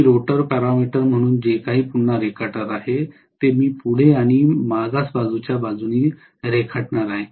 मी rotor parameter म्हणून जे काही पुन्हा रेखाटत आहे ते मी पुढे आणि मागास बाजूच्या बाजूने रेखाटणार आहे